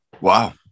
wow